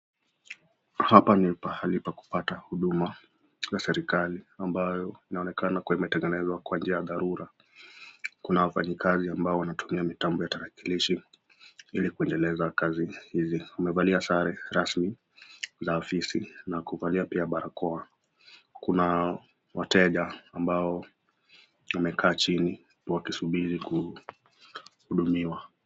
Hapa ni pahali pa kupata huduma za serikali, ambayo inaonekana kuwa imetengenezwa kwa njia ya dharura. Kuna wafanyikazi ambao wanatumia mitambo ya tarakilishi ili kuendeleza kazi hizi. Wamevalia sare rasmi za ofisi na kuvalia pia barakoa. Kuna wateja ambao wamekaa chini wakisubiri kuhudumiwa.